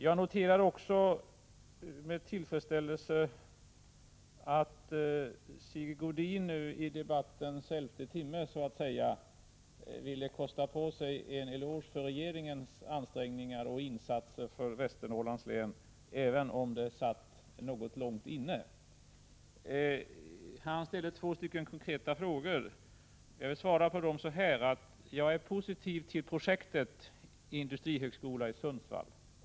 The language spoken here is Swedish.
Jag noterade också med tillfredsställelse att Sigge Godin nu i debattens elfte timme ville kosta på sig en eloge för regeringens ansträngningar och insatser för Västernorrlands län — även om det satt något långt inne. Han ställde två konkreta frågor. Jag vill svara på dem så här. Jag är positiv till projektet industrihögskola i Sundsvall.